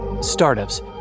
Startups